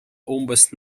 umbes